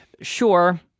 Sure